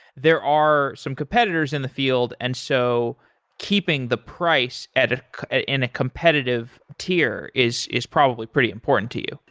there are some competitors in the field, and so keeping the price ah ah in a competitive tier is is probably pretty important to you.